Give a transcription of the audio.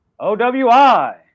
OWI